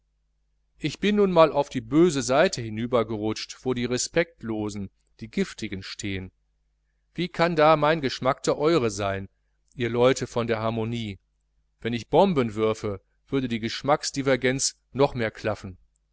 ich bin nun mal auf die böse seite hinübergerutscht wo die respektlosen die giftigen stehn wie kann da mein geschmack der eure sein ihr leute von der harmonie wenn ich bomben würfe würde die geschmacksdivergenz noch mehr klaffen